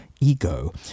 ego